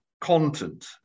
content